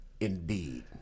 indeed